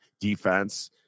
defense